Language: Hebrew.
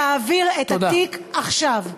תעביר את התיק עכשיו.